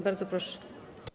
Bardzo proszę.